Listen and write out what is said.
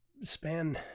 span